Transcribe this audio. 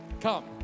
Come